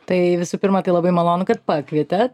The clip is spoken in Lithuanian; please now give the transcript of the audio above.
tai visų pirma tai labai malonu kad pakvietėt